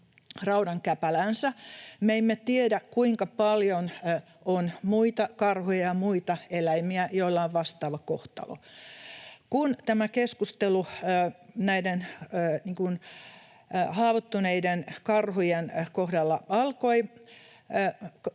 raudan käpäläänsä. Me emme tiedä, kuinka paljon on muita karhuja ja muita eläimiä, joilla on vastaava kohtalo. Kun tämä keskustelu näiden haavoittuneiden karhujen kohdalla alkoi,